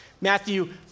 Matthew